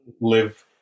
live